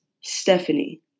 Stephanie